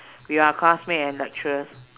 with our classmate and lecturers